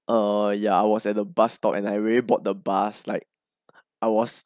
uh yeah I was at the bus stop and I already board the bus like I was